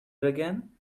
again